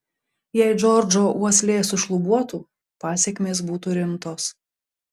jei džordžo uoslė sušlubuotų pasekmės būtų rimtos